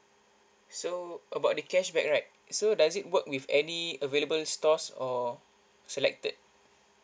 so about the cashback right so does it work with any available stores or selected